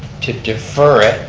to defer it,